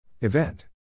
Event